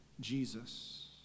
Jesus